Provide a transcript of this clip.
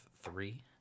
three